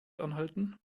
anhalten